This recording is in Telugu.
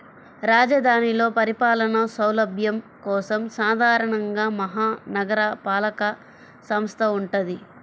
రాజధానిలో పరిపాలనా సౌలభ్యం కోసం సాధారణంగా మహా నగరపాలక సంస్థ వుంటది